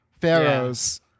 Pharaohs